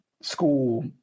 school